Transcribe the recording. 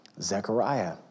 Zechariah